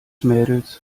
mädels